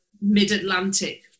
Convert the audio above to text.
mid-Atlantic